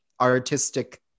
artistic